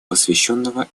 посвященного